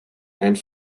and